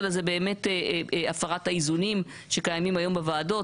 אלא זה באמת הפרת האיזונים שקיימים היום בוועדות.